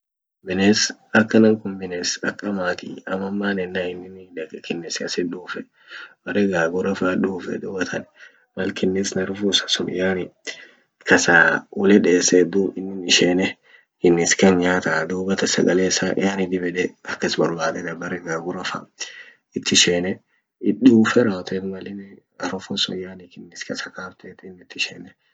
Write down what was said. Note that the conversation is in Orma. Bines akanan kun bines ak hamatii Haman man yenan innini kinnis kasit duuf fed bere gagura fa duufe dubatan mal kinnis harufu isa sun yani kasa ule deset dum inin isheene kinnis kan nyata dubatan sagale isa yani dib yeede akas bor badetaa bere gagura fa it isheene it duufe rawote mal inin harufu sun yani kinnis kasa kaf tet innin it isheene kinnis kan nyaata.